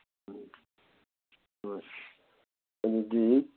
ꯎꯝ ꯍꯣꯏ ꯑꯗꯨꯗꯤ